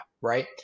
right